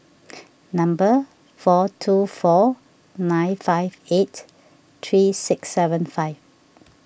number four two four nine five eight three six seven five